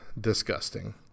disgusting